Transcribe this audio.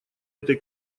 этой